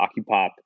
Occupop